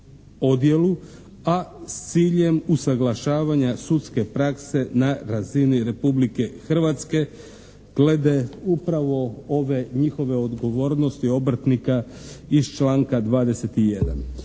a s ciljem usaglašavanja sudske prakse na razini Republike Hrvatske glede upravo ove njihove odgovornosti obrtnika iz članka 21.